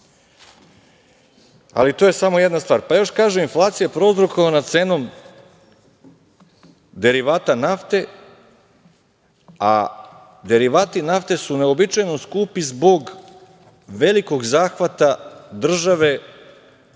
Ali, to je samo jedna stvar. Pa, još kaže - inflacija je prouzrokovana cenom derivata nafte, a derivati nafte su neuobičajeno skupi zbog velikog zahvata države, znači,